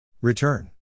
return